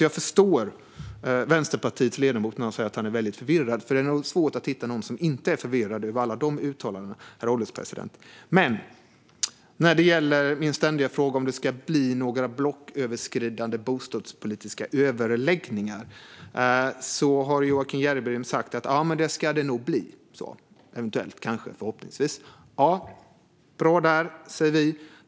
Jag förstår alltså Vänsterpartiets ledamot när han säger att han blir förvirrad. Det är nog svårt att hitta någon som inte blir förvirrad av alla de uttalandena, herr ålderspresident. När det gäller min ständiga fråga om det ska bli några blocköverskridande bostadspolitiska överläggningar har Joakim Järrebring sagt att det ska det nog bli - eventuellt, kanske, förhoppningsvis. Bra där, säger vi.